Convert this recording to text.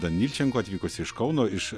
danilčenko atvykusi iš kauno iš